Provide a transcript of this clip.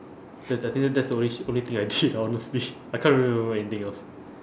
that's I think tha~ that's the only shit only thing I did honestly I can't really remember anything else